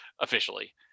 officially